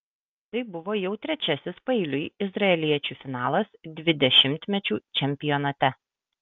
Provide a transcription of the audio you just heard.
tai buvo jau trečiasis paeiliui izraeliečių finalas dvidešimtmečių čempionate